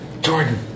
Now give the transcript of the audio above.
Jordan